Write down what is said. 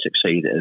succeed